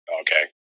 okay